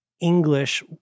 English